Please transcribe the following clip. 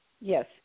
Yes